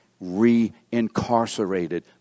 Re-incarcerated